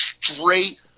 straight